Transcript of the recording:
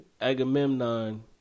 Agamemnon